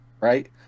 right